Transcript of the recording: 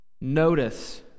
notice